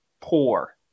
poor